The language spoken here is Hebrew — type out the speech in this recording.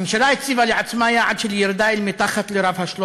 הממשלה הציבה לעצמה יעד של ירידה אל מתחת לרף 300